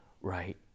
right